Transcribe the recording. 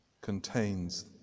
contains